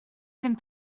ddim